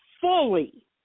fully